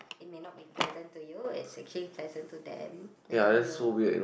it may not be pleasant to you it's actually pleasant to them and then you